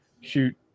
shoot